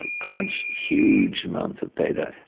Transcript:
ah crunch huge amounts of data,